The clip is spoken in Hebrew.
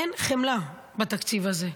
אין חמלה בתקציב הזה.